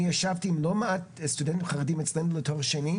אני ישבתי עם לא מעט סטודנטים חרדים אצלנו לתואר שני,